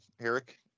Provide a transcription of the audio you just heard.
Eric